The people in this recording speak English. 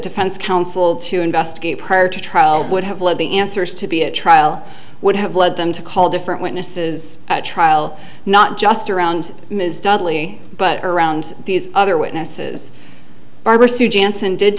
defense counsel to investigate prior to trial would have led the answers to be a trial would have led them to call different witnesses at trial not just around ms dudley but around these other witnesses barbara sue janssen did